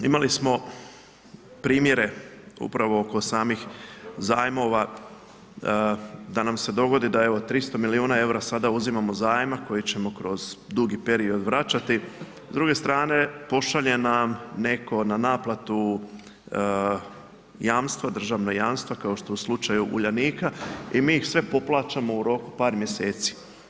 Imali smo primjere upravo oko samih zajmova da nam se dogodi da evo 300 milijuna EUR-a sada uzimamo zajma koji ćemo kroz dugi period vraćati, s druge strane, pošalje nam netko na naplatu jamstvo, državna jamstva, kao što je u slučaju Uljanika i mi ih sve poplaćamo u roku par mjeseci.